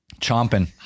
Chomping